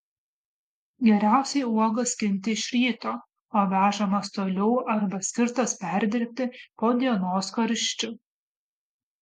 geriausiai uogas skinti iš ryto o vežamas toliau arba skirtas perdirbti po dienos karščių